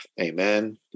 Amen